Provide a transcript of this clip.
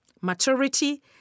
maturity